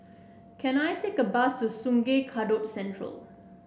can I take a bus to Sungei Kadut Central